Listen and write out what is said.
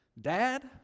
Dad